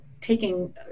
taking